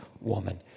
woman